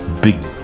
Big